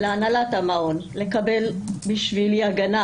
להנהלת המעון לקבל בשבילי הגנה.